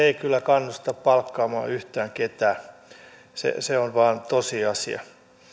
ei kyllä kannusta palkkaamaan yhtään ketään se on vain tosiasia